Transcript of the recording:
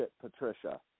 Patricia